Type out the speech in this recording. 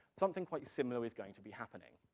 something quite similar is going to be happening.